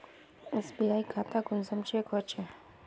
SBI खाता कुंसम check होचे?